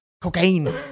Cocaine